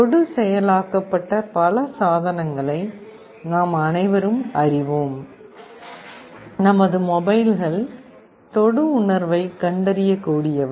தொடு செயலாக்கப்பட்ட பல சாதனங்களை நாம் அனைவரும் அறிவோம் நமது மொபைல்கள் தொடு உணர்வைப் கண்டறியக்கூடியவை